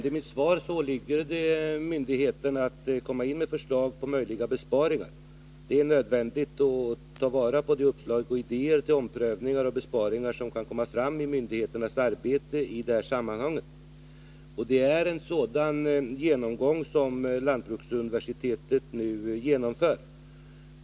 Herr talman! Som jag nämnde i mitt svar åligger det myndigheterna att komma med förslag till möjliga besparingar. Det är nödvändigt att ta vara på de uppslag och idéer till omprövningar och besparingar som kan komma fram i myndigheternas arbete i detta sammanhang. Det är en sådan genomgång som lantbruksuniversitetet nu genomför.